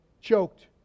choked